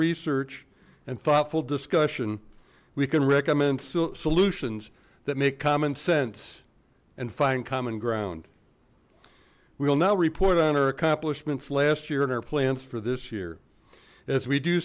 research and thoughtful discussion we can recommend solutions that make common sense and find common ground we will now report on our accomplishments last year in our plans for this year as we do